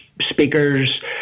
speakers